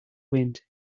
wind